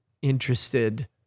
interested